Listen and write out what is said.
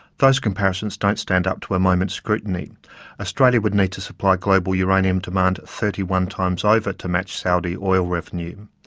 those comparisons didn't stand up to a moment's scrutiny australia would need to supply global uranium demand thirty one times over to match saudi oil revenue.